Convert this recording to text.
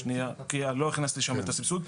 כי לא הכנסתי לשם את הסבסוד.